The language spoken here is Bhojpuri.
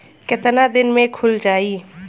कितना दिन में खुल जाई?